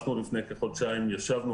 לפני כחודשיים ישבנו,